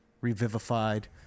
revivified